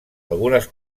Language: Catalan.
algunes